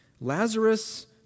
Lazarus